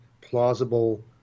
plausible